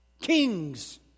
kings